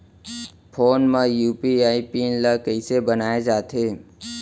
Phone म UPI PIN ल कइसे बनाये जाथे?